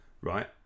right